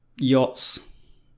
yachts